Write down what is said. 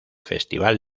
festival